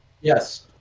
Yes